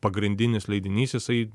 pagrindinis leidinys jisai